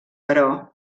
però